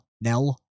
Nell